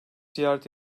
ziyaret